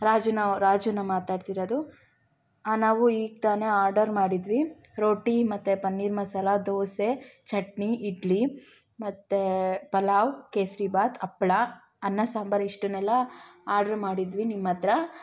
ರಾಜುನ ರಾಜುನಾ ಮಾತಾಡ್ತಿರೋದು ನಾವು ಈಗ ತಾನೇ ಆಡರ್ ಮಾಡಿದ್ವಿ ರೋಟಿ ಮತ್ತು ಪನ್ನೀರ್ ಮಸಾಲೆ ದೋಸೆ ಚಟ್ನಿ ಇಡ್ಲಿ ಮತ್ತು ಪಲಾವ್ ಕೇಸರಿ ಭಾತ್ ಹಪ್ಳ ಅನ್ನ ಸಾಂಬಾರು ಇಷ್ಟನ್ನೆಲ್ಲ ಆಡ್ರ್ ಮಾಡಿದ್ವಿ ನಿಮ್ಮ ಹತ್ರ